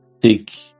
take